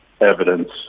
evidence